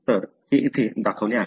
तर हे येथे दाखवले आहे